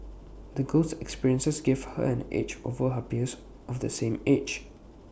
the girl's experiences gave her an edge over her peers of the same age